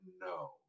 no